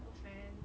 good friend